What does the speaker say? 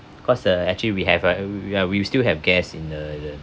because uh actually we have uh we are we we still have guests in the